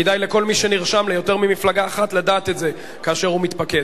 כדאי לכל מי שנרשם ליותר ממפלגה אחת לדעת את זה כאשר הוא מתפקד.